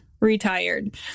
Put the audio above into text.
retired